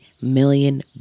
million